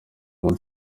nyuma